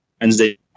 Wednesday